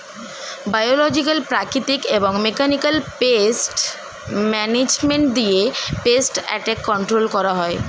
biological, প্রাকৃতিক এবং mechanical pest management দিয়ে পেস্ট অ্যাটাক কন্ট্রোল করা হয়